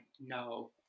no